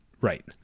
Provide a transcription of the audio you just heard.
right